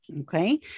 Okay